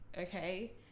okay